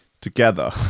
together